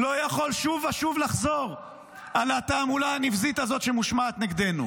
לא יכול שוב ושוב לחזור על התעמולה הנבזית הזאת שמושמעת נגדנו.